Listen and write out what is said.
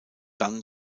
dann